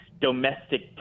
domestic